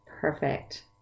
Perfect